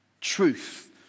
Truth